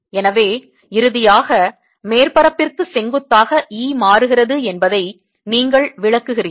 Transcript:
எனவே இறுதியாக மேற்பரப்பிற்கு செங்குத்தாக E மாறுகிறது என்பதை நீங்கள் விளக்குகிறீர்கள்